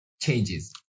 changes